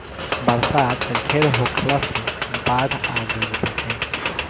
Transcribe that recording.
बरसात ढेर होखला से बाढ़ आ गइल बाटे